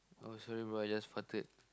oh sorry bro I just farted